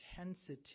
intensity